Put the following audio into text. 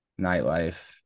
nightlife